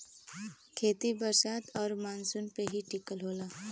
खेती बरसात आउर मानसून पे ही टिकल होला